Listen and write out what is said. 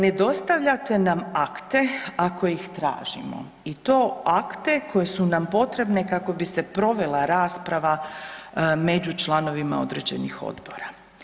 Ne dostavljate nam akte ako ih tražimo i to akte koji su nam potrebni kako bi se provela rasprava među članovima određenih odbora.